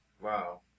Wow